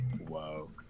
wow